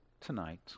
tonight